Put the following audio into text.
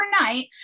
overnight